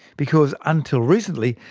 because until recently,